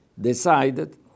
decided